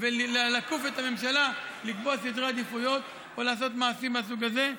ולכוף את הממשלה לקבוע סדרי עדיפויות או לעשות מעשים מהסוג הזה.